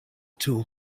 tool